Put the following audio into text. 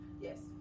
Yes